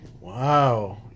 Wow